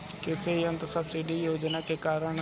कृषि यंत्र सब्सिडी योजना के कारण?